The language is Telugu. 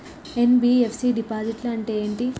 ఎన్.బి.ఎఫ్.సి డిపాజిట్లను అంటే ఏంటి?